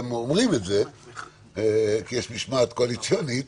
אומרים את זה כי יש משמעת קואליציונית,